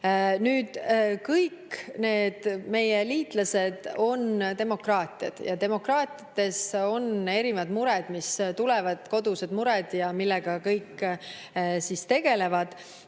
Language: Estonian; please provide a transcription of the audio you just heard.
kõik need meie liitlased on demokraatiad ja demokraatiates on erinevad mured, mis tulevad, kodused mured, millega kõik tegelevad.